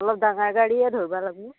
অলপ ডাঙাৰ গাড়ীয়ে ধৰবা লাগবো